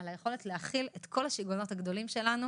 על היכולת להכיל את כל השיגעונות הגדולים שלנו